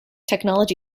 technology